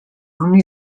only